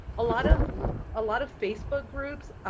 a lot of a lot of facebook groups.